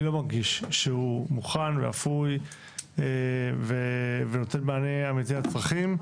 אני לא מרגיש שהוא מוכן ואפוי ונותן מענה אמיתי לצרכים.